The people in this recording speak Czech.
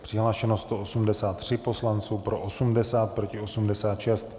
Přihlášeno 183 poslanců, pro 80, proti 86.